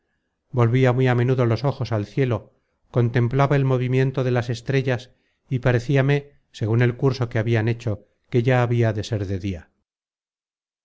mí volvia muy a menudo los ojos al cielo contemplaba el movimiento de las estrellas y pareciame segun el curso que habian hecho que ya habia de ser de dia